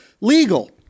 legal